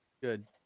Good